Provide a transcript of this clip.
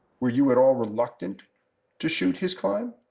were you at all reluctant to shoot his climb?